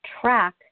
track